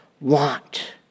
want